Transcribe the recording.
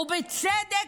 ובצדק,